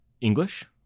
English